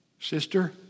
sister